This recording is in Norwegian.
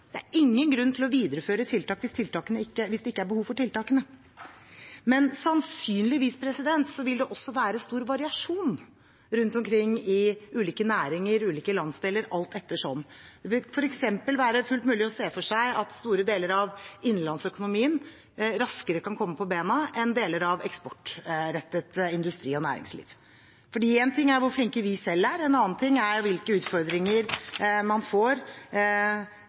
Det er ingen grunn til å videreføre tiltak hvis det ikke er behov for tiltakene, men sannsynligvis vil det også være stor variasjon rundt omkring i ulike næringer, ulike landsdeler – alt ettersom. Det vil f.eks. være fullt mulig å se for seg at store deler av innenlandsøkonomien raskere kan komme på bena enn deler av eksportrettet industri og næringsliv, for én ting er hvor flinke vi selv er, en annen ting er hvilke utfordringer man får